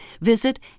visit